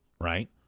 right